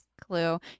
clue